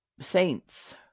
saints